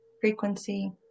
frequency